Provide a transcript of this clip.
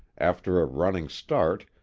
after a running start,